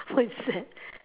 what is that